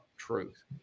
truth